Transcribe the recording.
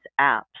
apps